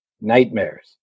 nightmares